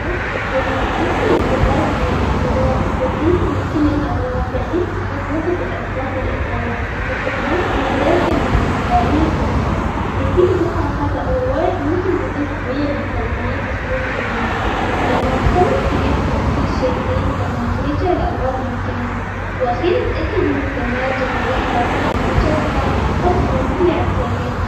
أول شي تفصل الثلاجة عن الكهربا وتفظيها من كل الأغراض بعدين تبدا تنظف بالأرفاف والأدراج باستخدام ماي دافية مع صابونة خفيفة، إذا في بقع صعبة أو روايح ممكن تظيف شوية بيكربونات الصود للماء بعد ما تخلص تجفف كل شي زين قبل ما ترجع الأغراض لمكانها، وأخيراً تأكد إن الثلاجة نظيفة وجافة قبل ما ترجع تشغلها.